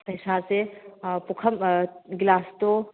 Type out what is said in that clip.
ꯄꯩꯁꯥꯁꯦ ꯄꯨꯈꯝ ꯒꯤꯂꯥꯁꯇꯣ